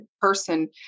person